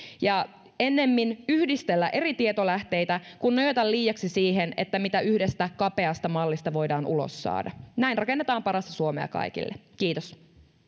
ja ennemmin yhdistellä eri tietolähteitä kuin nojata liiaksi siihen mitä yhdestä kapeasta mallista voidaan ulos saada näin rakennetaan parasta suomea kaikille kiitos